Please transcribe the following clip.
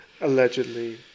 Allegedly